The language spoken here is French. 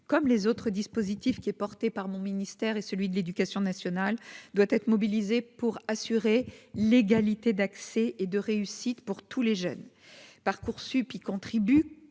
comme les autres dispositifs qui est portée par mon ministère et celui de l'éducation nationale doit être mobilisés pour assurer l'égalité d'accès et de réussite pour tous les jeunes parcoursup y contribue,